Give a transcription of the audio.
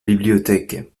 bibliothèque